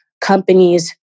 companies